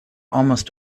almost